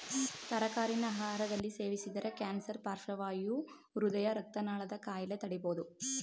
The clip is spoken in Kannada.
ತರಕಾರಿನ ಆಹಾರದಲ್ಲಿ ಸೇವಿಸಿದರೆ ಕ್ಯಾನ್ಸರ್ ಪಾರ್ಶ್ವವಾಯು ಹೃದಯ ರಕ್ತನಾಳದ ಕಾಯಿಲೆ ತಡಿಬೋದು